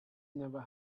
never